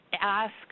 ask